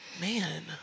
Man